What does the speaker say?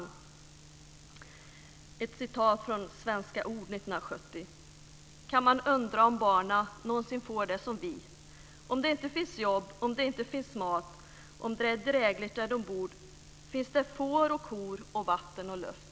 Jag läser ett stycke från Svenska Ord 1970: Man kan undra om barna nånsin får det som vi, om det finns jobb, om det finns mat, om det är drägligt där de bor. Finns det får och kor och vatten och luft?